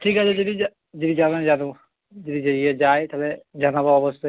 ঠিক আছে যদি যদি যাবে যদি ইয়ে যায় তাহলে জানাব অবশ্যই